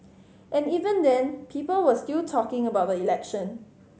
and even then people were still talking about the election